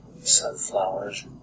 sunflowers